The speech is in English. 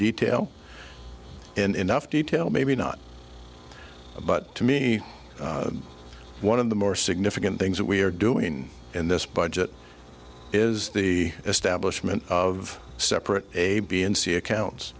detail in enough detail maybe not but to me one of the more significant things that we are doing in this budget is the establishment of separate a b and c accounts